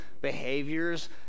behaviors